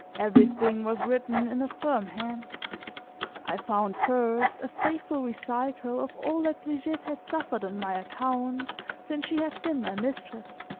everything was written in a firm hand i found, first, a faithful recital of all that brigitte had suffered on my account since she had been my mistress.